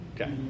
Okay